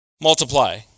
multiply